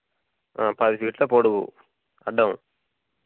పది ఫీట్ల పొడవు అడ్డం